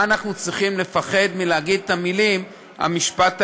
מה אנחנו צריכים לפחד מלהגיד את המילים "המשפט העברי"?